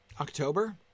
October